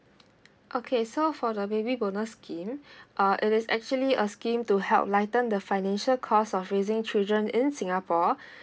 okay so for the baby bonus scheme uh it is actually a scheme to help lighten the financial cost of raising children in singapore